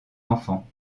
enfants